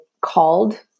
called